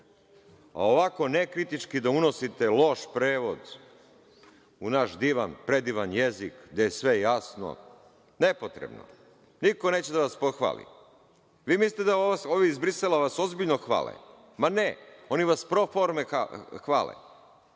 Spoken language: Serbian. A ovako nekritički da unosite loš prevod u naš divan, predivan jezik, gde je sve jasno, nepotrebno je. Niko neće da vas pohvali. Vi mislite da vas ovi iz Brisela ozbiljno hvale. Ne. Oni vas pro forme hvale.